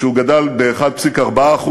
שגדל ב-1.4%,